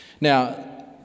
Now